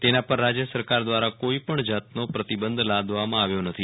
તેના પર રાજય સરકાર દ્વારા કોઇપણ જાતનો પ્રતિબંધ લાદવામાં આવ્યો નથી